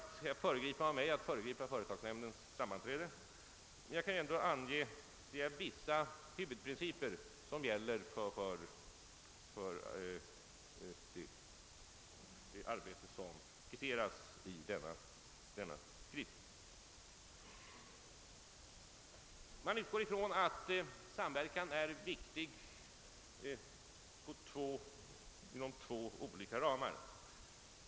Det vore oriktigt av mig att föregripa företagsnämndens sammanträde, men jag kan dock ange vissa huvudprinciper som gäller för det arbete som skisseras i denna skrift. Man utgår ifrån att samverkan är viktig inom två olika ramar.